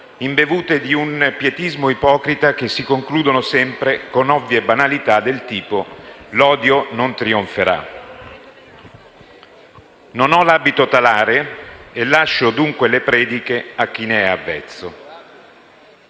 imbevute di un pietismo ipocrita, che si concludono sempre con ovvie banalità del tipo: l'odio non trionferà. Non indosso l'abito talare e lascio dunque le prediche a chi ne è avvezzo.